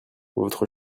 votre